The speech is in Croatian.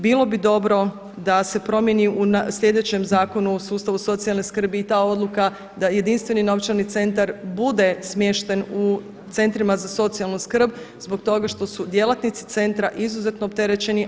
Bilo bi dobro da se promijeni u sljedećem zakonu u sustavu socijalne skrbi i ta odluka da jedinstveni novčani centar bude smješten u centrima za socijalnu skrb zbog toga što su djelatnici centra izuzetno opterećeni.